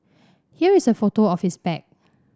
here is a photo of his bag